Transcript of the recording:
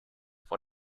vor